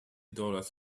dollars